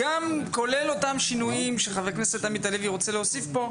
כולל אותם שינויים שחבר הכנסת עמית הלוי רוצה להוסיף פה.